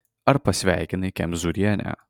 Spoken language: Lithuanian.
ar pasveikinai kemzūrienę